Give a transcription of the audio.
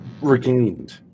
regained